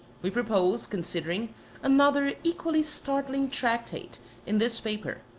we propose considering another equally startling tractate in this paper,